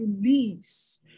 release